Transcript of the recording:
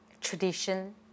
tradition